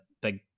big